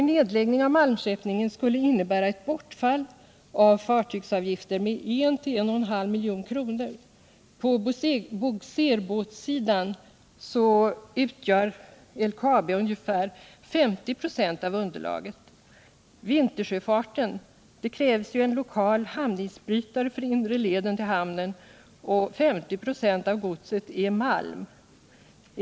En nedläggning av malmskeppningen skulle innebära ett bortfall av fartygsavgifter med 1-1,5 milj.kr. På bogserbåtssidan svarar LKAB för ungefär 50 96 av underlaget. När det gäller vintersjöfarten krävs en lokal hamnisbrytare för inre leden till hamnen. 50 926 av godset är malm.